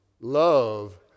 love